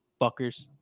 Fuckers